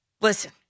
listen